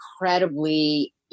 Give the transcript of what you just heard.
incredibly